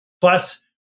Plus